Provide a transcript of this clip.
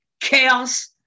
chaos